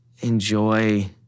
enjoy